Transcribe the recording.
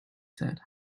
said